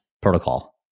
protocol